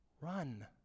run